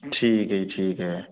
ਠੀਕ ਹੈ ਜੀ ਠੀਕ ਹੈ